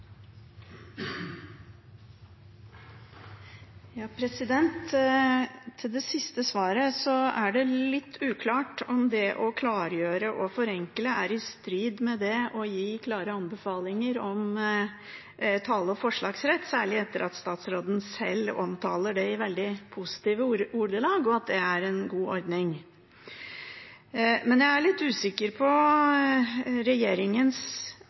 Til det siste svaret: Det er litt uklart om det å klargjøre og forenkle er i strid med det å gi klare anbefalinger om tale- og forslagsrett, særlig etter at statsråden selv omtaler det i veldig positive ordelag som en god ordning. Men jeg er litt usikker på regjeringens